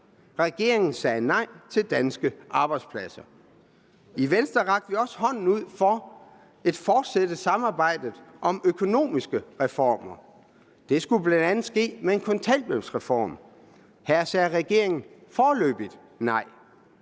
Regeringen sagde nej til danske arbejdspladser. I Venstre rakte vi også hånden frem for at fortsætte samarbejdet om økonomiske reformer. Det skulle bl.a. ske med en kontanthjælpsreform. Her sagde regeringen foreløbigt nej.